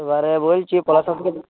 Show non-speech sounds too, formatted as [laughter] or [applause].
এবারে বলছি পলাশ [unintelligible] থেকে